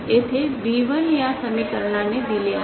येथे बी१ या समीकरणाने दिले आहे